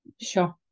Sure